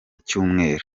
cyumweru